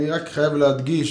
אני חייב להדגיש,